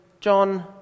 John